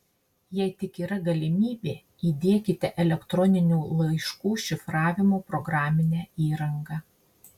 jei tik yra galimybė įdiekite elektroninių laiškų šifravimo programinę įrangą